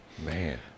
Man